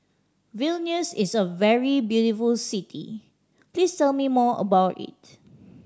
Vilnius is a very beautiful city please tell me more about it